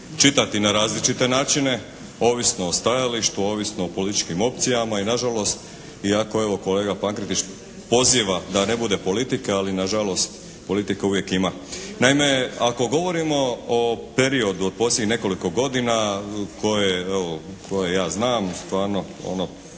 čitati na različite načine ovisno o stajalištu, ovisno o političkim opcijama i nažalost iako evo kolega Pankretić poziva da ne bude politike, ali nažalost politika uvijek ima. Naime ako govorimo o periodu od posljednjih nekoliko godina koje, evo koje ja znam stvarno ono